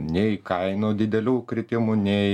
nei kainų didelių kritimų nei